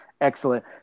Excellent